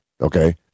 Okay